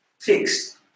fixed